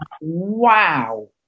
wow